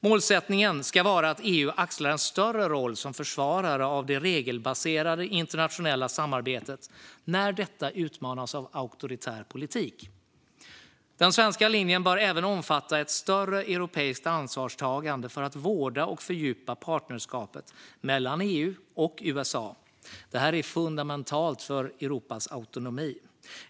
Målsättningen ska vara att EU axlar en större roll som försvarare av det regelbaserade internationella samarbetet när detta utmanas av auktoritär politik. Den svenska linjen bör även omfatta ett större europeiskt ansvarstagande för att vårda och fördjupa partnerskapet mellan EU och USA. Det här är fundamentalt för Europas autonomi.